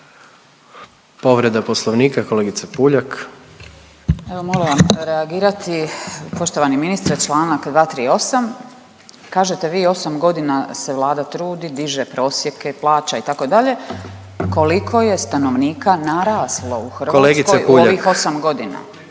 Povreda Poslovnika, kolegica Puljak. **Puljak, Marijana (Centar)** Evo moram reagirati. Poštovani ministre članak 238. kažete vi 8 godina se Vlada trudi, diže prosjeke plaća itd. Koliko je stanovnika naraslo u Hrvatskoj u ovih … …/Upadica